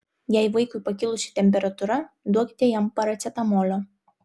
jei vaikui pakilusi temperatūra duokite jam paracetamolio